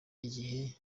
igihe